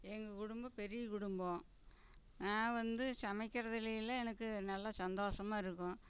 எங்கள் குடும்பம் பெரிய குடும்பம் நான் வந்து சமைக்கிறதுலையெல்லாம் எனக்கு நல்லா சந்தோஷமா இருக்கும்